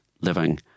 living